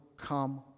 come